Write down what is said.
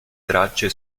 tracce